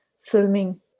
filming